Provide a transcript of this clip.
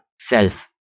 self